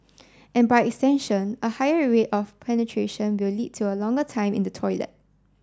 and by extension a higher rate of penetration will lead to a longer time in the toilet